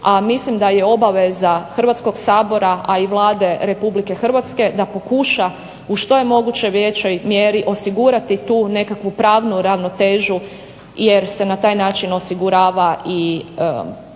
a mislim da je obaveza Hrvatskoga sabora, a i Vlade Republike Hrvatske da pokuša u što je moguće većoj mjeri osigurati tu nekakvu pravnu ravnotežu jer se na taj način osigurava i